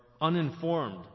uninformed